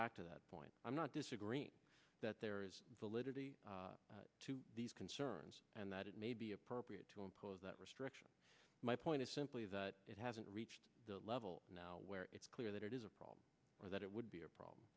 back to that point i'm not disagreeing that there is validity to these concerns and that it may be appropriate to impose that restriction my point is simply that it hasn't reached the level now where it's clear that it is a problem or that it would be a